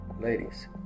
Ladies